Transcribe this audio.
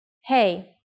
Hey